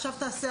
עכשיו תעשה,